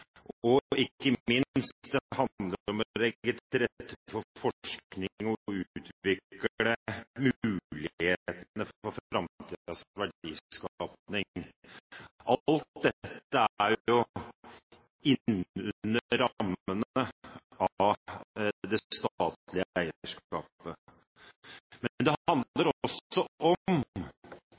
og ikke minst handler det om å legge til rette for forskning og å utvikle mulighetene for framtidens verdiskaping. Alt dette er jo innunder rammene for det statlige eierskapet. Men det handler også om,